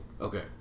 Okay